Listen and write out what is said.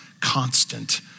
constant